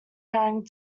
carrying